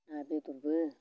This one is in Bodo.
आरो बेदरबो